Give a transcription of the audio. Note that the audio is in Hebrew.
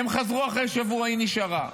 הן חזרו אחרי שבוע, והיא נשארה.